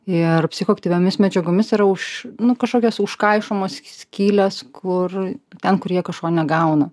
ir psichoaktyviomis medžiagomis yra už nu kažkokios užkaišomos skylės kur ten kur jie kažko negauna